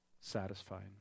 satisfying